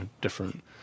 different